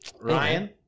Ryan